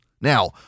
Now